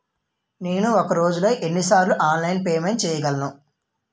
నేను ఒక రోజులో ఎన్ని సార్లు ఆన్లైన్ పేమెంట్ చేయగలను?